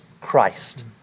Christ